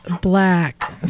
black